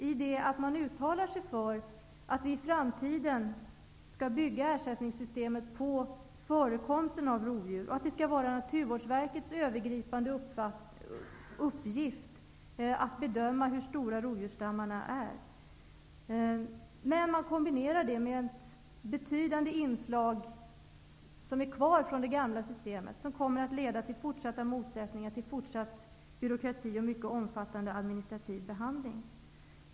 Man uttalar sig nämligen för att vi i framtiden skall bygga ersättningssystemet på förekomsten av rovdjur och att det skall vara Naturvårdsverkets övergripande uppgift att bedöma hur stora rovdjursstammarna är. Man kombinerar det också med ett betydande inslag från det gamla systemet, något som kommer att leda till fortsatta motsättningar, till fortsatt byråkrati och till mycket omfattande administrativ behandling.